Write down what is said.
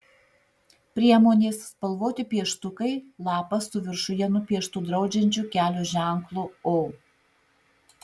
priemonės spalvoti pieštukai lapas su viršuje nupieštu draudžiančiu kelio ženklu o